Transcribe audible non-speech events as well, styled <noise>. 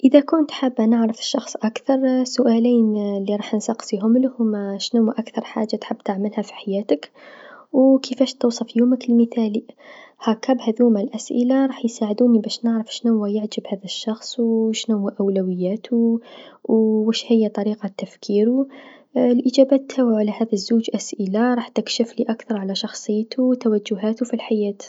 إذا كنت حابه نعرف شخص أكثر السؤالين لراح نسقسيهملو هوما شنوا أكثر حاجه تحب تعملها في حياتك و كيفاش توصف يومك المثالي، هاكا بهذوما الأسئله راح يساعدوني باش نعرف شنوا يعجب هذا الشخص و شنوا أولوياتو و واش هي طريقة تفكيرو <hesitation> الإجابات تاوعو على هاذو زوج أسئله راح تكشفلي أكثر على شخصيتو و توجهاتو في الحياة.